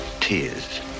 tears